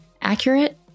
accurate